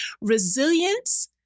Resilience